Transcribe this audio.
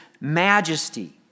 majesty